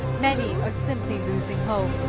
many are simply losing hope.